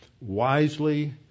wisely